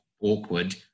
awkward